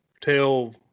tell